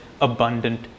abundant